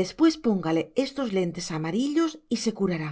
después póngale estos lentes amarillos y se curará